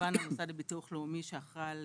כמובן המוסד לביטוח לאומי שאחראי על